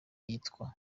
yitwaga